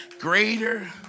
Greater